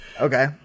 Okay